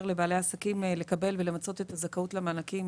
לבעלי העסקים לקבל ולמצות את הזכאות למענקים